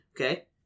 Okay